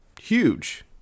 huge